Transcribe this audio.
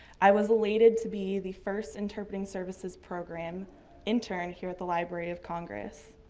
i was elated to be the first interpreting services program intern here at the library of congress.